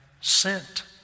sent